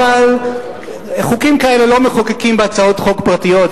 אבל חוקים כאלה לא מחוקקים בהצעות חוק פרטיות.